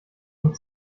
von